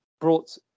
brought